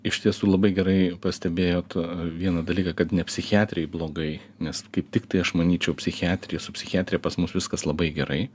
iš tiesų labai gerai pastebėjot vieną dalyką kad ne psichiatrijai blogai nes kaip tiktai aš manyčiau psichiatrija su psichiatrija pas mus viskas labai gerai